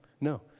no